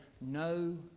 no